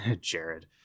Jared